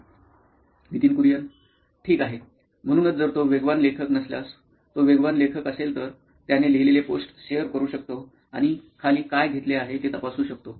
Nitin Kurian COO nine electronics ठीक आहे म्हणूनच जर तो वेगवान लेखक नसल्यास तो वेगवान लेखक असेल तर त्याने लिहिलेले पोस्ट शेअर करू शकतो आणि खाली काय घेतले आहे ते तपासू शकतो